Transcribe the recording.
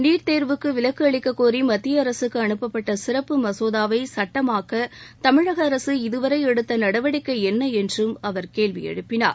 NEET தேர்வுக்கு விலக்கு அளிக்க கோரி மத்திய அரசுக்கு அனுப்பப்பட்ட சிறப்பு மசோதாவை சட்டமாக்க தமிழக அரசு இதுவரை எடுத்த நடவடிக்கை என்ன என்றும் அவர் கேள்வியெழுப்பினார்